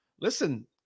Listen